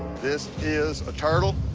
this is a turtle.